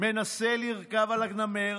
מנסה לרכוב על הנמר,